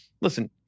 listen